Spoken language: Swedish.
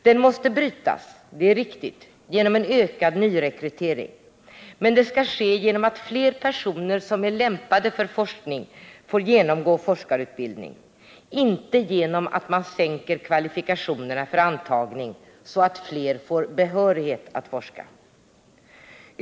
Den måste brytas — det är riktigt — genom en ökad nyrekrytering, men det skall ske genom att fler personer som är lämpade för forskning få genomgå forskarutbildning, inte genom att man sänker kvalifikationerna för antagning så att fler får behörighet att forska.